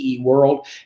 world